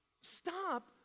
Stop